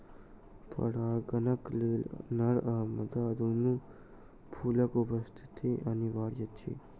परागणक लेल नर आ मादा दूनू फूलक उपस्थिति अनिवार्य अछि